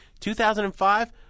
2005